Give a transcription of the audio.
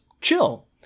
chill